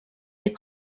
des